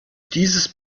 dieses